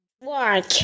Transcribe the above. Work